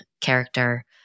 character